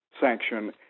sanction